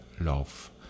Love